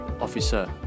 officer